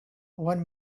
one